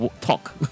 Talk